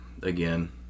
Again